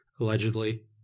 allegedly